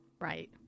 Right